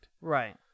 Right